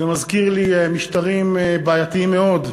זה מזכיר לי משטרים בעייתיים מאוד,